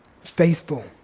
faithful